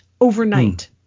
overnight